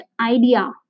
idea